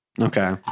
Okay